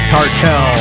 Cartel